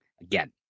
Again